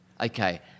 Okay